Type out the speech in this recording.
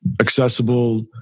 accessible